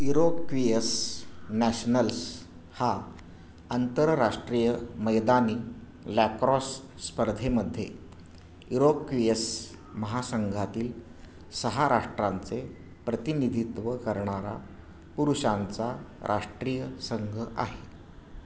Iroquois Nationals हा आंतरराष्ट्रीय मैदानी लॅक्रॉस स्पर्धेमध्ये इरोक्विस महासंघातील सहा राष्ट्रांचे प्रतिनिधित्व करणारा पुरुषांचा राष्ट्रीय संघ आहे